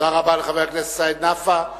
תודה רבה לחבר הכנסת סעיד נפאע.